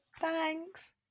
thanks